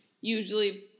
usually